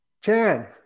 Chan